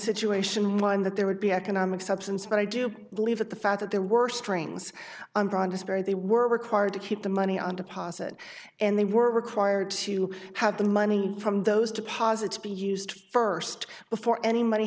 situation one that there would be economic substance but i do believe that the fact that there were strings on broadcast very they were required to keep the money on deposit and they were required to have the money from those deposits be used first before any